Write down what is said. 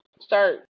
start